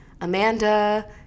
Amanda